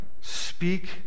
Speak